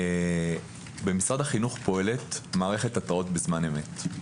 במשרד החינוך פועלת מערכת התרעות בזמן אמת,